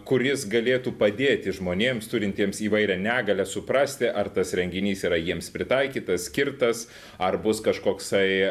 kuris galėtų padėti žmonėms turintiems įvairią negalią suprasti ar tas renginys yra jiems pritaikytas skirtas ar bus kažkoksai